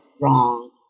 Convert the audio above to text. wrong